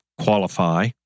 qualify